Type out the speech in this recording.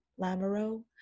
Lamoureux